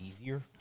easier